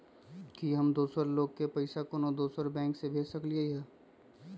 कि हम दोसर लोग के पइसा कोनो दोसर बैंक से भेज सकली ह?